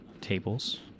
tables